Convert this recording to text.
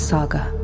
Saga